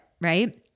right